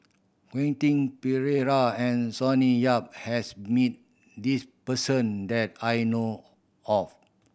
Quentin Pereira and Sonny Yap has meet this person that I know of